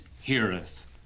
heareth